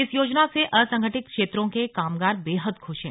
इस योजना से असंगठित क्षेत्रों के कामगार बेहद खुश हैं